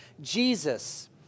jesus